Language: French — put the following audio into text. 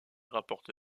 rapporte